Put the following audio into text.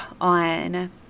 on